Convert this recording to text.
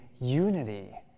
unity